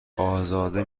ازاده